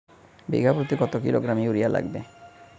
বিঘাপ্রতি কত kilogram urea লাগবে?